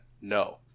no